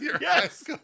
Yes